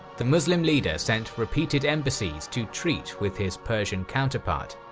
the muslim leader sent repeated embassies to treat with his persian counterpart,